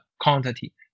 quantity